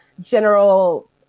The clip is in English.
general